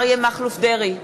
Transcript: אריה מכלוף דרעי,